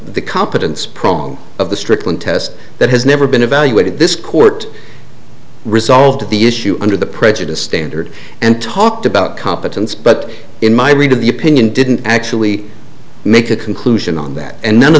tence prong of the strickland test that has never been evaluated this court resolved the issue under the prejudice standard and talked about competence but in my read of the opinion didn't actually make a conclusion on that and none of